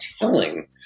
telling